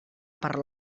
per